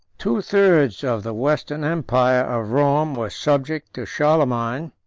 two thirds of the western empire of rome were subject to charlemagne,